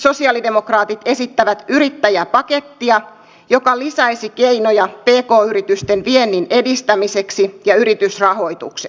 sosialidemokraatit esittävät yrittäjäpakettia joka lisäisi keinoja pk yritysten viennin edistämiseksi ja yritysrahoitukseksi